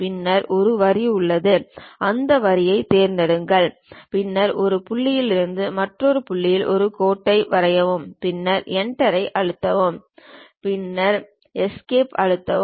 பின்னர் ஒரு வரி உள்ளது அந்த வரியைத் தேர்ந்தெடுங்கள் பின்னர் ஒரு புள்ளியில் இருந்து மற்றொரு புள்ளியில் ஒரு கோட்டை வரையவும் பின்னர் Enter ஐ அழுத்தவும் பின்னர் எஸ்கேப் அழுத்தவும்